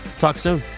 talk soon